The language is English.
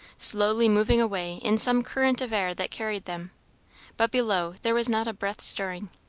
slowly moving away in some current of air that carried them but below there was not a breath stirring.